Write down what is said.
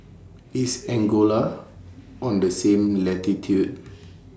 IS Angola on The same latitude